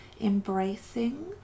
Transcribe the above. embracing